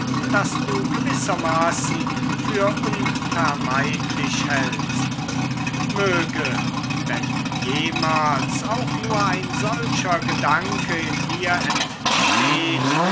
das du gewissermaßen für unvermeidlich hältst möge wenn jemals auch nur ein solcher gedanke in mir entsteht